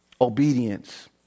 Obedience